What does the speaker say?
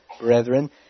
brethren